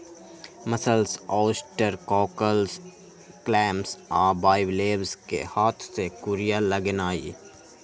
mussels, oysters, cockles, clams आ bivalves कें हाथ से कूरिया लगेनाइ